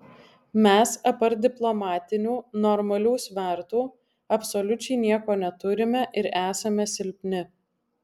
mes apart diplomatinių normalių svertų absoliučiai nieko neturime ir esame silpni